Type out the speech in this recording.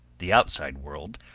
the outside world,